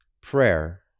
Prayer